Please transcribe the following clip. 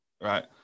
right